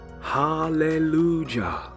Hallelujah